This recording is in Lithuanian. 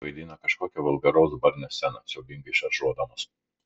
vaidino kažkokią vulgaraus barnio sceną siaubingai šaržuodamos